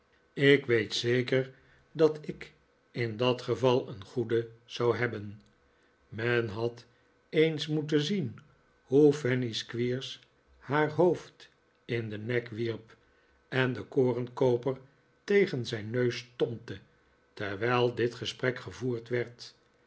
ik weet zeker dat ik in dat geval een goede zou hebben men had eens moeten zien hpe fanny squeers haar hoofd in den nek wierp en de korenkooper tegen zijn neus stompte terwijl dit gesprek gevoerd werd